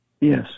Yes